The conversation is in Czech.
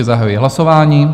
Zahajuji hlasování.